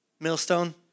Millstone